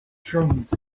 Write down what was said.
drums